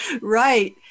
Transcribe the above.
Right